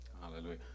Hallelujah